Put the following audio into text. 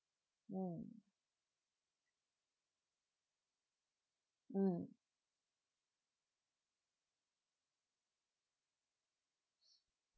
mm mm